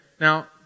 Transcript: now